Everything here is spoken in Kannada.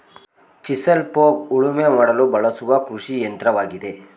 ಚಿಸಲ್ ಪೋಗ್ ಉಳುಮೆ ಮಾಡಲು ಬಳಸುವ ಕೃಷಿಯಂತ್ರವಾಗಿದೆ